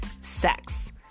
sex